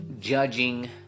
judging